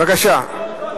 בבקשה.